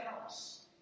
house